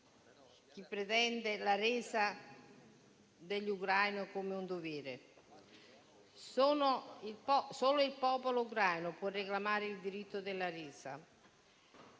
la pretesa della resa degli ucraini come un dovere. Solo il popolo ucraino può reclamare il diritto alla resa,